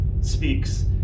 speaks